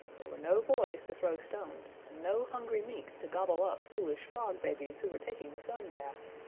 there were no boys to throw stones and no hungry mink to gobble up foolish frog-babies who were taking a sun bath!